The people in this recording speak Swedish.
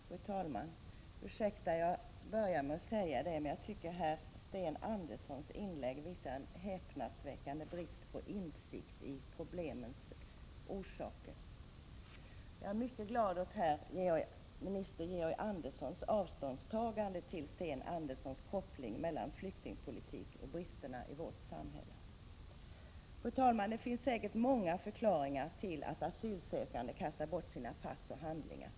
Fru talman! Ursäkta att jag börjar med att säga detta, men jag tycker att Sten Anderssons inlägg visar en häpnadsväckande brist på insikt i problemets orsaker. Jag är mycket glad åt statsrådet Georg Anderssons avståndstagande från Sten Anderssons koppling mellan flyktingpolitik och bristerna i vårt samhälle. Fru talman! Det finns säkert många förklaringar till att asylsökande kastar bort sina pass och övriga handlingar.